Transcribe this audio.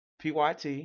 Pyt